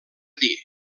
dir